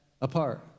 apart